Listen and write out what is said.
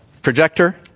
Projector